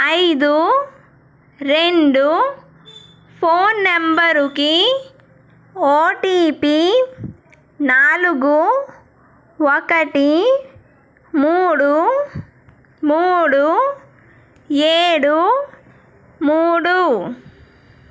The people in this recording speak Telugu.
ఐదు రెండు ఫోన్ నంబరు కి ఓటిపి నాలుగు ఒకటి మూడు మూడు ఏడు మూడు